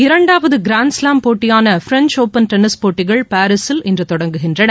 இரண்டாவது கிராண்ட்ஸ்லாம் போட்டியான French open tennis போட்டிகள் பாரீஸில் இன்று மதியம் தொடங்குகின்றன